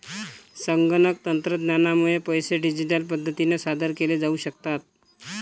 संगणक तंत्रज्ञानामुळे पैसे डिजिटल पद्धतीने सादर केले जाऊ शकतात